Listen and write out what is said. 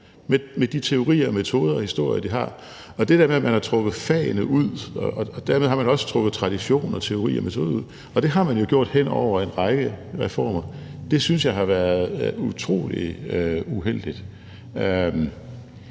med de teorier og metoder og historie, de har. Man har trukket fagene ud, og dermed har man også trukket tradition og teori og metode ud. Det har man jo gjort hen over en række reformer. Det synes jeg har været utrolig uheldigt.